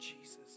Jesus